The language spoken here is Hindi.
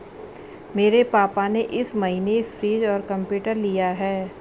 मेरे पापा ने इस महीने फ्रीज और कंप्यूटर लिया है